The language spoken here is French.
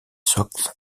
sox